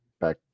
back